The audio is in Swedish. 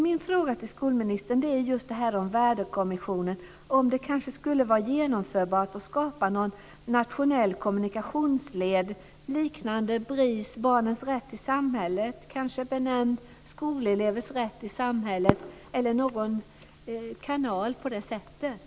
Min fråga till skolministern rör just detta med en värdekommission: Skulle det vara genomförbart att skapa någon nationell kommunikationsled liknande Skolelevers rätt i samhället, eller någon annan sådan kanal?